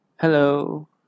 Hello